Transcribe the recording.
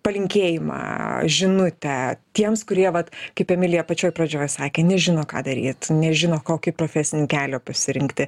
palinkėjimą žinutę tiems kurie vat kaip emilija pačioj pradžioj sakė nežino ką daryt nežino kokį profesinį kelią pasirinkti